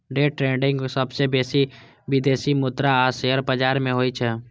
day trading सबसं बेसी विदेशी मुद्रा आ शेयर बाजार मे होइ छै